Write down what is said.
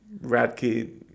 radke